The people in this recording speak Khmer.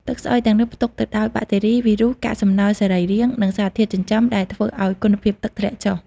ទឹកស្អុយទាំងនេះផ្ទុកទៅដោយបាក់តេរី វីរុស កាកសំណល់សរីរាង្គ និងសារធាតុចិញ្ចឹមដែលធ្វើឱ្យគុណភាពទឹកធ្លាក់ចុះ។